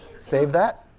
save that.